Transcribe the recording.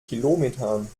kilometern